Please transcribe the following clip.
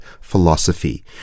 philosophy